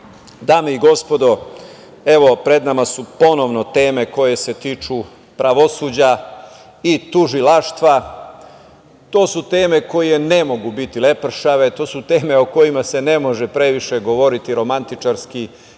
i gospodo, evo pred nama su ponovo teme koje se tiču pravosuđa i tužilaštva. To su teme koje ne mogu biti lepršave, to su teme o kojima se ne može previše govoriti romantičarski,